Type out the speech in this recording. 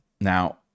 Now